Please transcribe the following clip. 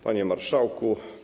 Panie Marszałku!